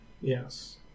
Yes